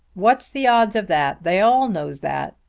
what's the odds of that? they all knows that.